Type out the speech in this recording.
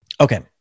Okay